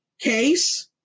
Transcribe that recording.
case